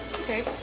Okay